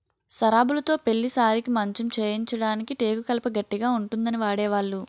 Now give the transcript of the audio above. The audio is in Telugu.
సరాబులుతో పెళ్లి సారెకి మంచం చేయించడానికి టేకు కలప గట్టిగా ఉంటుందని వాడేవాళ్లు